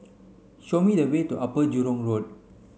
show me the way to Upper Jurong Road